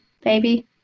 baby